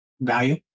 value